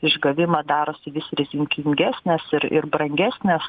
išgavimą darosi vis rizikingesnės ir ir brangesnės